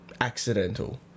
accidental